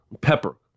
pepper